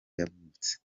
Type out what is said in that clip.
yavutse